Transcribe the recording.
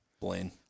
Blaine